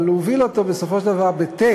אבל הוא הוביל אותו בסופו של דבר בטקסט